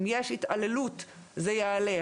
אם יש התעללות זה יעלה.